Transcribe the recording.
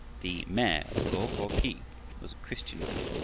the mayor of go-ko-khi was a christian now,